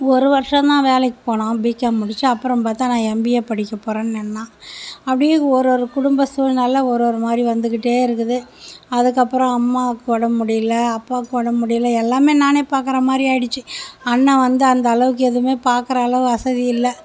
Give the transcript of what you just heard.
ஒரு வருஷம்தான் வேலைக்கு போனால் பிகாம் முடிச்சு அப்புறம் பார்த்தா நான் எம்பிஏ படிக்க போகறன் நின்னால் அப்படியே ஒரு ஒரு குடும்ப சூழ்நில ஒரு ஒரு மாதிரி வந்துகிட்டே இருக்குது அதற்கப்பறம் அம்மாக்கு உடம்பு முடியல அப்பாக்கு உடம்பு முடியல எல்லாமே நானே பார்க்குற மாதிரி ஆயிடிச்சு அண்ணா வந்து அந்தளவுக்கு எதுமே பார்க்குற அளவு வசதி இல்லை